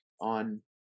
on